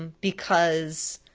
because